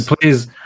please